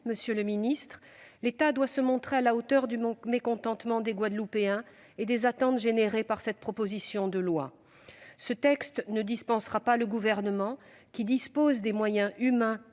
monsieur le ministre : l'État doit se montrer à la hauteur du mécontentement des Guadeloupéens et des attentes générées par cette proposition de loi. Ce texte ne dispensera pas le Gouvernement, qui dispose des moyens humains,